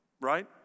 right